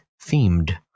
themed